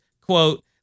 quote